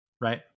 right